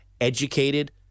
educated